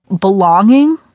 belonging